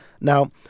Now